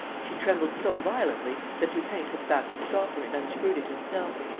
she trembled so violently that lupin took back the stopper and unscrewed it himself.